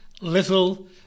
little